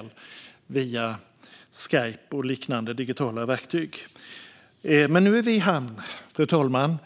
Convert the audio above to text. detta via Skype och liknande digitala verktyg. Nu är vi i hamn.